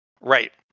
right